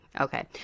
okay